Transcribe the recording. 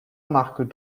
marc